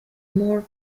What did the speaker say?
more